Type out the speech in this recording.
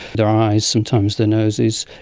their eyes, sometimes their noses,